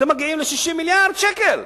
אתם מגיעים ל-60 מיליארד שקל.